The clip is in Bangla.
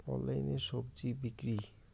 অনলাইনে স্বজি বিক্রি?